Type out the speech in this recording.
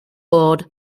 board